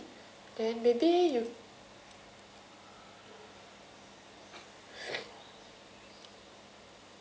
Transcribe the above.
then maybe you